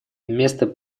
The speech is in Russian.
место